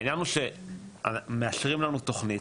העניין הוא שמאשרים לנו תוכנית,